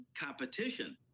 competition